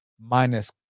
minus